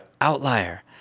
outlier